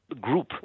group